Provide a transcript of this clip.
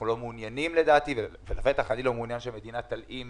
אנחנו לא מעוניינים לדעתי בטח אני לא מעוניין שהמדינה תלאים